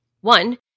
One